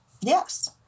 yes